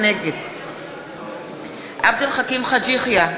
נגד עבד אל חכים חאג' יחיא,